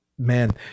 Man